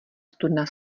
studna